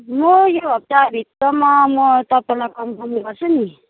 मोयो हप्ताभित्रमा मो तपाईँलाई कन्फर्म गर्छु नि